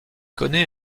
connait